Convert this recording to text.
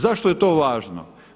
Zašto je to važno?